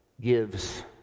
gives